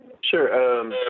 Sure